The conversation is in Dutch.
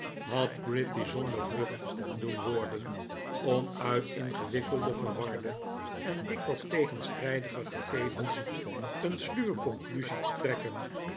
had gride bijzonder vlug doen worden om uit ingewikkelde verwarde en dikwijls tegenstrijdige gegevens een sluwe conclusie te trekken